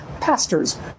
pastors